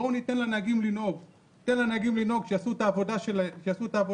בואו ניתן לנהגים לנהוג, שיעשו את העבודה שלהם.